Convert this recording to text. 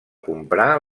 comprar